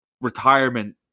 retirement